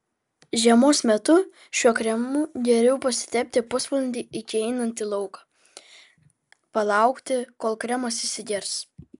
žiemos metu šiuo kremu geriau pasitepti pusvalandį iki einant į lauką palaukti kol kremas įsigers